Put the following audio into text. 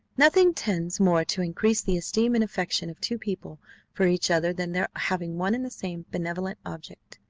nothing tends more to increase the esteem and affection of two people for each other than their having one and the same benevolent object.